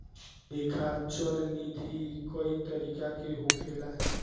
लेखा चल निधी कई तरीका के होखेला